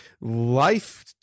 life